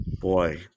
Boy